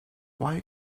why